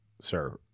sir